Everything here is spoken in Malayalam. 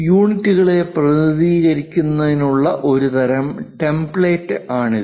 യൂണിറ്റുകളെ പ്രതിനിധീകരിക്കുന്നതിനുള്ള ഒരു തരം ടെംപ്ലേറ്റാണിത്